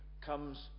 comes